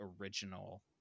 original